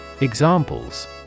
Examples